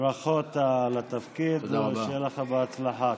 ברכות על התפקיד, שיהיה לך בהצלחה.